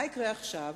מה יקרה עכשיו?